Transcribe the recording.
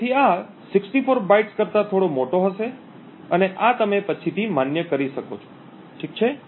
તેથી આ 64 બાઇટ્સ કરતા થોડો મોટો હશે અને આ તમે પછીથી માન્ય કરી શકો છો ઠીક છે